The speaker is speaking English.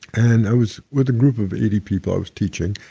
and i was with a group of eighty people i was teaching,